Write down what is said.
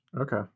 Okay